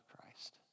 Christ